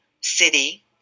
city